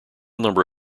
number